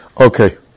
Okay